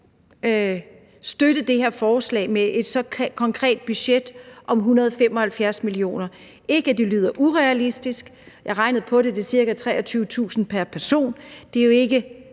støtte det her forslag med et så konkret budget, nemlig 175 mio. kr. Det er ikke, fordi det lyder urealistisk. Jeg regnede på det, og det er ca. 23.000 kr. pr. person. Det er jo ikke